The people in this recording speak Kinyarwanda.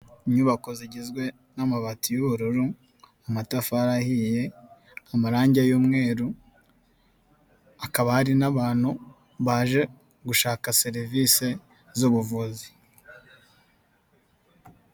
Inyubako zigizwe n'amabati y'ubururu, amatafari ahiye, amarangi y'umweru, hakaba hari n'abantu baje gushaka serivisi z'ubuvuzi.